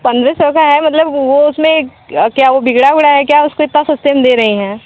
पन्द्रह सौ का है मतलब वह उसमें क्या क्या वह बिगड़ा हुआ है क्या उसको इतना सस्ते में दे रही हैं